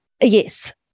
Yes